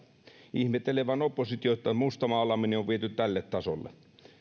ihmettelen vain oppositiota että mustamaalaaminen on viety tälle tasolle